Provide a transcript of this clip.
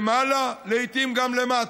למעלה, לעיתים גם למטה.